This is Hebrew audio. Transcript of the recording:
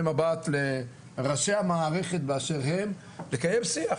מבט לראשי המערכת באשר הם לקיים שיח